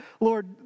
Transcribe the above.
Lord